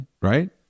right